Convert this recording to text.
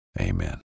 amen